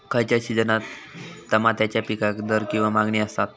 खयच्या सिजनात तमात्याच्या पीकाक दर किंवा मागणी आसता?